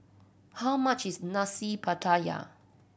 how much is Nasi Pattaya